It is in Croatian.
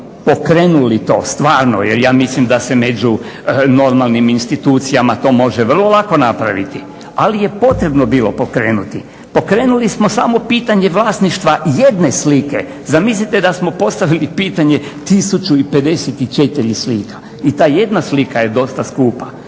pokrenuli to stvarno jer ja mislim da se među normalnim institucijama to može vrlo lako napraviti, ali je potrebno bilo pokrenuti. Pokrenuli smo samo pitanje vlasništva jedne slike, zamislite da smo postavili pitanje 1054 slika. I ta jedna slika je dosta skupa,